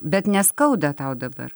bet neskauda tau dabar